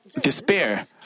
despair